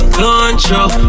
control